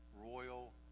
royal